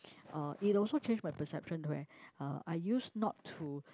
uh it also change my perception where uh I use not to